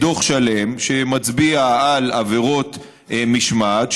דוח שלם שמצביע על עבירות משמעת,